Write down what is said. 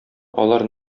алар